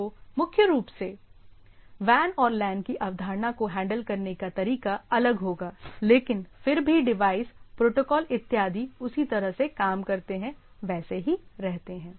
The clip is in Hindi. तो मुख्य रूप से WAN और LAN की अवधारणा को हैंडल करने का तरीका अलग होगा लेकिन फिर भी डिवाइस प्रोटोकॉल इत्यादि उसी तरह से काम करते हैं वैसे ही रहते हैं